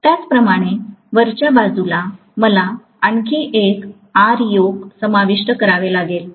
त्याचप्रमाणे वरच्या बाजूला मला आणखी एक R योक समाविष्ट करावे लागेल